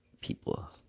people